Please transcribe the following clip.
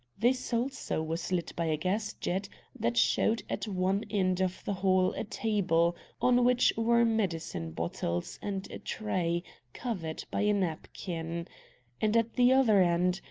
this also was lit by a gas-jet that showed at one end of the hall a table on which were medicine-bottles and tray covered by a napkin and at the other end,